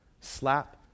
Slap